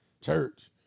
church